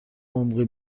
عمقی